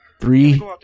Three